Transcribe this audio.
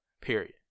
period